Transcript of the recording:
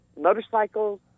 motorcycles